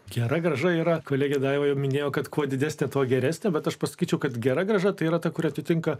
gera grąža yra kolegė daiva jau minėjau kad kuo didesnė tuo geresnė bet aš pasakyčiau kad gera grąža tai yra ta kuri atitinka